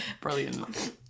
Brilliant